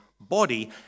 body